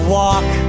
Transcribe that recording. walk